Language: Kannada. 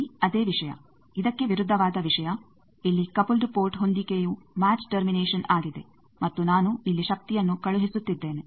ಇಲ್ಲಿ ಅದೇ ವಿಷಯ ಇದಕ್ಕೆ ವಿರುದ್ಧವಾದ ವಿಷಯ ಇಲ್ಲಿ ಕಪಲ್ಡ್ ಪೋರ್ಟ್ ಹೊಂದಿಕೆಯು ಮ್ಯಾಚ್ ಟರ್ಮಿನೇಶನ್ ಆಗಿದೆ ಮತ್ತು ನಾನು ಇಲ್ಲಿ ಶಕ್ತಿಯನ್ನು ಕಳುಹಿಸುತ್ತಿದ್ದೇನೆ